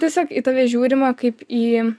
tiesiog į tave žiūrima kaip į